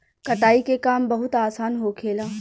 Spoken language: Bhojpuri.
कटाई के काम बहुत आसान होखेला